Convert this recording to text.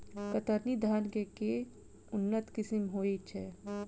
कतरनी धान केँ के उन्नत किसिम होइ छैय?